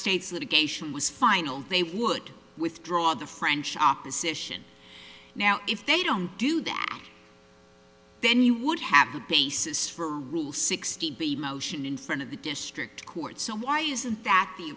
states litigation was final they would withdraw the french opposition now if they don't do that then you would happen basis for rule sixty p motion in front of the district court so why isn't that the